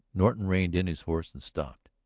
norton reined in his horse and stopped.